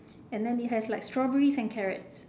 and then it has like strawberries and carrots